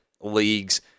leagues